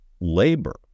labor